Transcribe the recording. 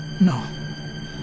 No